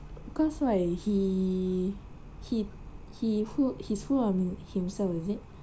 cause like he he he who his who unmute himself is it